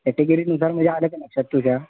कॅटेगरीनुसार म्हणजे लक्षात आलं का तुझ्या